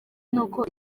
n’uko